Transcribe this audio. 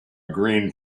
green